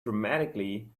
dramatically